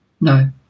no